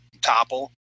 topple